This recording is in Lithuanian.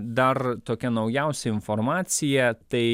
dar tokia naujausia informacija tai